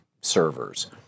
servers